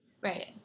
Right